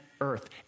earth